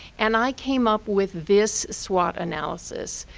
and i came up with this swot analysis,